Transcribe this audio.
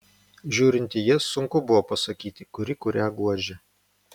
žiūrint į jas sunku buvo pasakyti kuri kurią guodžia